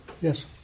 Yes